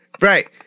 right